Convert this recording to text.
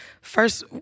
first